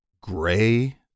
gray